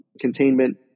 containment